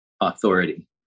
authority